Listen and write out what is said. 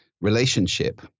relationship